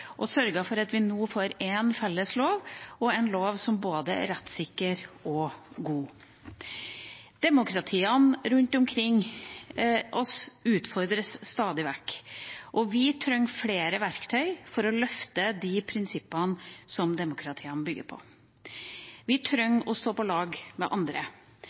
for at vi nå får én felles lov, og en lov som både er rettssikker og god. Demokratiene rundt oss utfordres stadig vekk, og vi trenger flere verktøy for å løfte de prinsippene som demokratiene bygger på. Vi trenger å være på lag med andre.